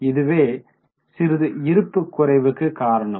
இதுவே சிறிது இருப்பு குறைவுக்கு காரணம்